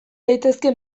daitezke